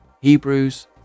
Hebrews